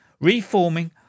reforming